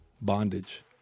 bondage